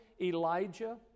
Elijah